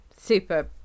super